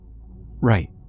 Right